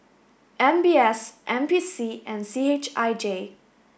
M B S N P C and C H I J